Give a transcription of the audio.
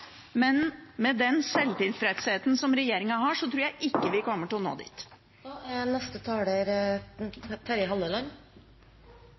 men med den selvtilfredsheten som regjeringen har, tror jeg ikke vi kommer til å nå dit.